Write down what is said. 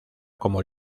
como